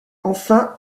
enfin